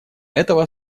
этого